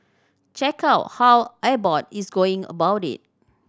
check out how Abbott is going about it